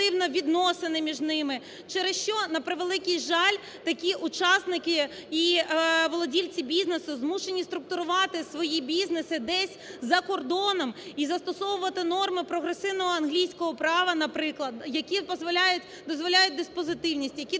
відносини між ними, через що, на превеликий жаль, такі учасники і владельцы бізнесу змушені структурувати свої бізнеси десь за кордоном і застосовувати норми прогресивного англійського права, наприклад, які дозволяють диспозитивність, які